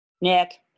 Nick